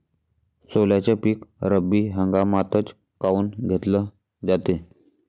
सोल्याचं पीक रब्बी हंगामातच काऊन घेतलं जाते?